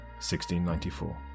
1694